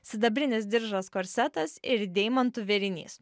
sidabrinis diržas korsetas ir deimantų vėrinys